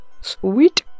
sweet